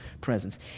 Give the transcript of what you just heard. presence